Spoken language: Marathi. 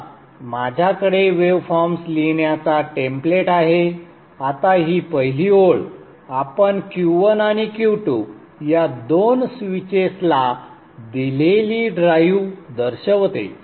आता माझ्याकडे वेवफॉर्म्स लिहिण्याचा टेम्पलेट आहे आता ही पहिली ओळ आपण Q1 आणि Q2 या 2 स्विचेस ला दिलेली ड्राइव्ह दर्शवते